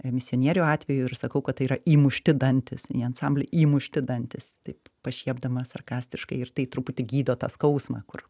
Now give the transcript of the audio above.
misionierių atveju ir sakau kad tai yra įmušti dantys į ansamblį įmušti dantys taip pašiepdamas sarkastiškai ir tai truputį gydo tą skausmą kur